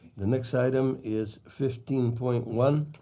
the next item is fifteen point one